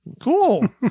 Cool